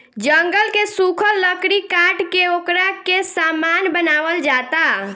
जंगल के सुखल लकड़ी काट के ओकरा से सामान बनावल जाता